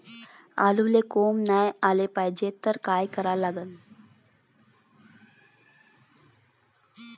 आलूले कोंब नाई याले पायजे त का करा लागन?